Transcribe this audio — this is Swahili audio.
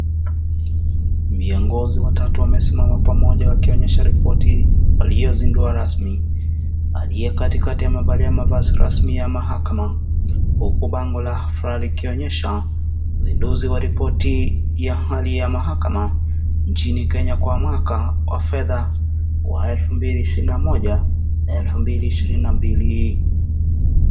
Viongozi watatu wamesimama pamoja wakionyesha ripoti waliozindua rasmi. Aliye Kati kati amevalia mavazi rasmi ya mahakama huku bango la hafla likionyesha uzinduzi wa ripoti ya hali ya mahakama nchini Kenya kwa mwaka wa fedha wa elfu mbili ishirini na moja na shirini na mbili.